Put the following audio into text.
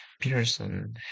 Pearson